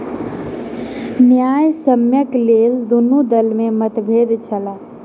न्यायसम्यक लेल दुनू दल में मतभेद छल